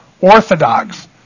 Orthodox